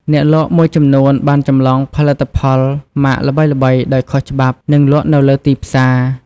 អ្នកលក់មួយចំនួនបានចម្លងផលិតផលម៉ាកល្បីៗដោយខុសច្បាប់ និងលក់នៅលើ ទីផ្សារ។